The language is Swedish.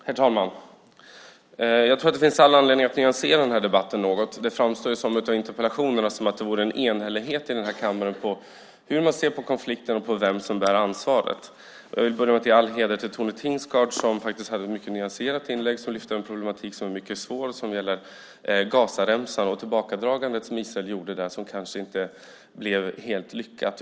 Herr talman! Det finns all anledning att nyansera debatten något. Det framstår i interpellationerna som om det fanns enhällighet i denna kammare om hur man ser på konflikten och på vem som bär ansvaret. Jag vill börja med att ge all heder åt Tone Tingsgård som hade ett mycket nyanserat inlägg där hon lyfte fram den svåra problematik som gäller Gazaremsan och det tillbakadragande som Israel gjorde och som kanske inte blev helt lyckat.